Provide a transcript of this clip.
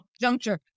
juncture